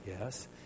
Yes